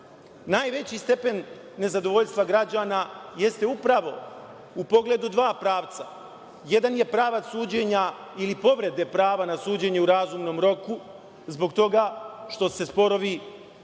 sud. Najveći stepen nezadovoljstva građana jeste upravo u pogledu dva pravca. Jedan je pravac suđenja ili povrede prava na suđenje u razumnom roku, zbog toga što se sporovi